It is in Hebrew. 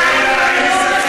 תן לה לסכם.